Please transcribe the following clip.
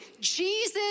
Jesus